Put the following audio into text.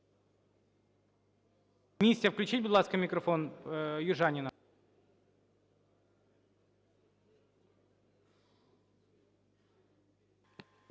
З місця включіть, будь ласка, мікрофон Южаніній.